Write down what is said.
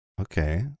Okay